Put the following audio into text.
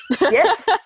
Yes